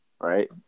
right